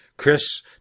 Chris